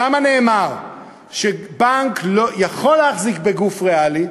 שם נאמר שבנק יכול להחזיק בגוף ריאלי,